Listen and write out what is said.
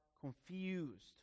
confused